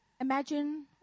imagine